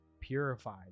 purified